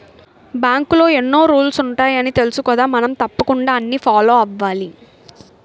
బాంకులో ఎన్నో రూల్సు ఉంటాయని తెలుసుకదా మనం తప్పకుండా అన్నీ ఫాలో అవ్వాలి